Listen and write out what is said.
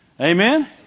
Amen